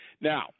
Now